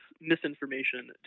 misinformation